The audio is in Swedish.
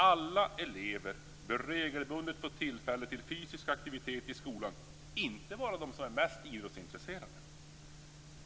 Alla elever bör regelbundet få tillfälle till fysisk aktivitet i skolan, inte bara de som är idrottsintresserade.